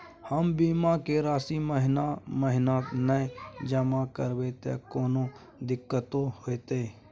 हम बीमा के राशि महीना महीना नय जमा करिए त कोनो दिक्कतों होतय?